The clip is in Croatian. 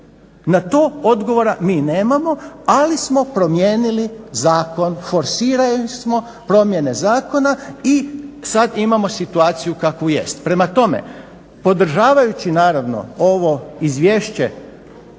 Na to odgovora mi nemamo, ali smo promijenili zakon, forsirali smo promijene zakona i sad imamo situaciju kakvu jest. Prema tome, podržavajući naravno ovo izvješće